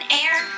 air